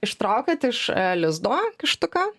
ištraukit iš lizdo kištuką